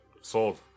Sold